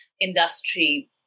industry